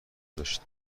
داشت